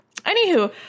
anywho